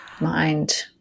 mind